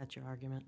at your argument